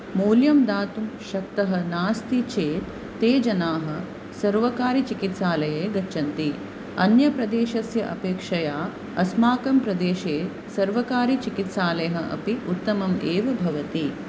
मूल्यं दातुं शक्तः नास्ति चेत् ते जनाः सर्वकारिचिकित्सालये गच्छन्ति अन्यप्रदेशस्य अपेक्षया अस्माकं प्रदेशे सर्वकारिचिकित्सालयः अपि उत्तमम् एव भवति